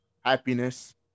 happiness